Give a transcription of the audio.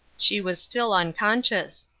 she was still unconscious.